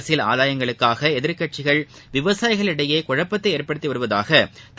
அரசியல் ஆதாயங்களுக்காக எதிர்க்கட்சிகள் விவசாயிகளினடயே குழப்பத்தை ஏற்படுத்தி வருவதாக திரு